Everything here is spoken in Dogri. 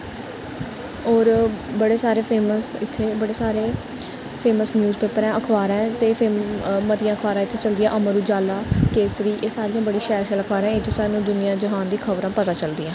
होर बड़े सारे फेमस इत्थें बड़े सारे फेमस न्यूज़पेपर ऐं अखबारां ऐं ते फेम ते मतियां अखबारां इत्थें चलदियां अमर उजाला केसरी एह् सारियां बड़ी शैल शैल अखबारां एह्दे च सानू दुनिया ज्हान दियां खबरां पता चलदियां